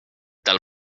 del